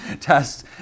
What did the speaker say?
tests